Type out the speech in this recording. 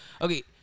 Okay